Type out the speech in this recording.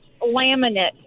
laminate